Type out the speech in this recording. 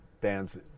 bands